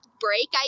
break